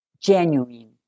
genuine